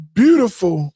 beautiful